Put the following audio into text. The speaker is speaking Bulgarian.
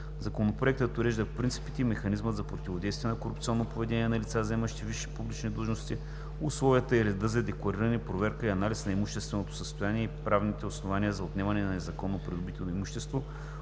Законопроектът урежда принципите и механизмите за противодействие на корупционното поведение на лицата, заемащи висши публични длъжности; условията и реда за деклариране, проверка и анализ на имущественото състояние и правните основания за отнемане на незаконно придобито имущество;